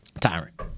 Tyrant